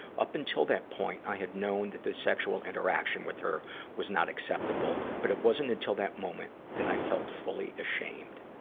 up until that point, i had known that the sexual interaction with her was not acceptable, but it wasn't until that moment that i felt fully ashamed.